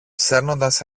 σέρνοντας